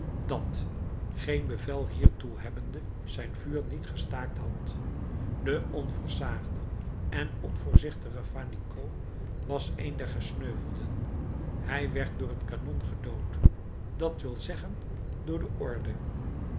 dat geen bevel hiertoe hebbende zijn vuur niet gestaakt had de onversaagde en onvoorzichtige fannicot was een der gesneuvelden hij werd door het kanon gedood dat wil zeggen door de orde